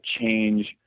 change